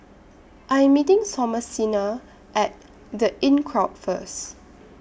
I Am meeting Thomasina At The Inncrowd First